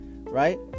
right